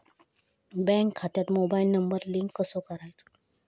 Bank खात्यात mobile number link कसो करायचो?